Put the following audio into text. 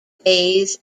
bays